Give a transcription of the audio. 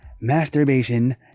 masturbation